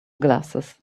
glasses